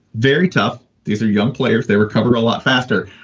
very tough. these are young players. they were kind of were a lot faster,